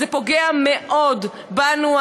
זה פוגע מאוד בנו,